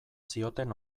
zioten